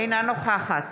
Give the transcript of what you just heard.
אינה נוכחת